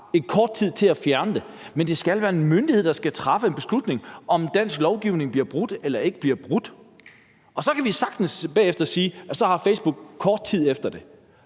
kort tid til at fjerne det. Men det skal være en myndighed, der skal træffe en beslutning om, om dansk lovgivning bliver brudt eller ikke bliver brudt, og så kan vi sagtens bagefter sige, at så har Facebook kort tid til det